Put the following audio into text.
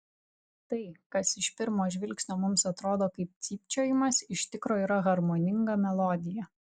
tai kas iš pirmo žvilgsnio mums atrodo kaip cypčiojimas iš tikro yra harmoninga melodija